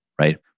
right